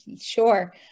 Sure